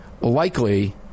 Likely